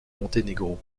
monténégro